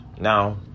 now